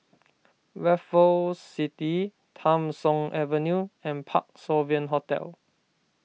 Raffles City Tham Soong Avenue and Parc Sovereign Hotel